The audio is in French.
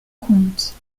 conte